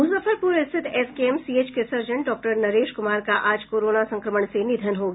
मुजफ्फरपुर स्थित एसकेएमसीएच के surgeon doctor Naresh Kumar का आज कोरोना संक्रमण से निधन हो गया